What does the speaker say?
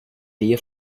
nähe